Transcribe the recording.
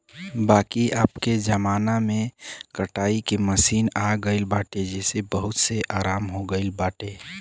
बाकी अबके जमाना में कटाई के मशीन आई गईल बाटे जेसे बहुते आराम हो गईल बाटे